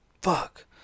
Fuck